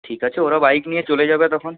ঠিক আছে ওরা বাইক নিয়ে চলে যাবে তখন